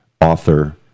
author